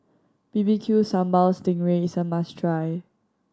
B B Q Sambal sting ray is a must try